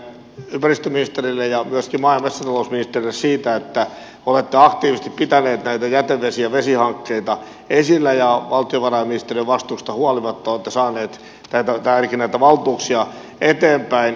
kiitokset ympäristöministerille ja myöskin maa ja metsätalousministerille siitä että olette aktiivisesti pitäneet näitä jätevesi ja vesihankkeita esillä ja valtiovarainministeriön vastustuksesta huolimatta saaneet ainakin näitä valtuuksia eteenpäin